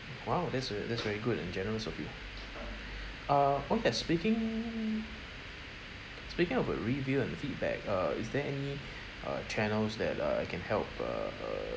!wow! that's uh that's very good and generous of you uh oh ya speaking speaking of a review and the feedback uh is there any uh channels that uh I can help uh uh